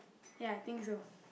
ya I think so